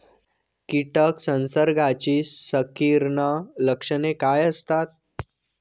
कीटक संसर्गाची संकीर्ण लक्षणे काय असतात?